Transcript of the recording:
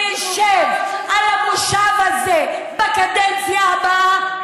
אני אשב על המושב הזה בקדנציה הבאה,